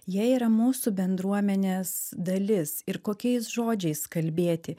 jie yra mūsų bendruomenės dalis ir kokiais žodžiais kalbėti